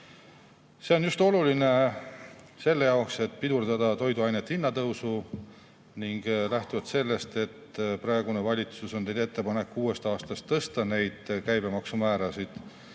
See on oluline just selle jaoks, et pidurdada toiduainete hinna tõusu, ning lähtuvalt sellest, et praegune valitsus on teinud ettepaneku uuest aastast käibemaksu määrasid